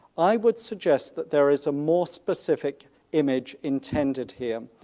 i would suggest that there is a more specific image intended here.